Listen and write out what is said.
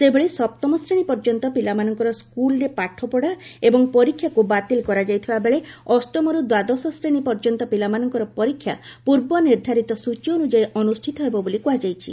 ସେହିଭଳି ସପ୍ତମ ଶ୍ରେଣୀ ପର୍ଯ୍ୟନ୍ତ ପିଲାମାନଙ୍କର ସ୍କୁଲ୍ରେ ପାଠପଡ଼ା ଏବଂ ପରୀକ୍ଷାକୁ ବାତିଲ୍ କରାଯାଇଥିବାବେଳେ ଅଷ୍ଟମରୁ ଦ୍ୱାଦଶ ଶ୍ରେଣୀ ପର୍ଯ୍ୟନ୍ତ ପିଲାମାନଙ୍କର ପରୀକ୍ଷା ପୂର୍ବ ନିର୍ଦ୍ଧାରିତ ସୂଚୀ ଅନୁଯାୟୀ ଅନୁଷ୍ଠିତ ହେବ ବୋଲି କ୍ୱହାଯାଇଛି